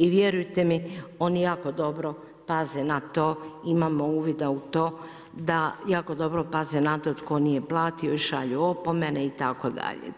I vjerujte mi oni jako dobro paze na to, imamo uvida u to da jako dobro paze na to tko nije platio i šalju opomene itd.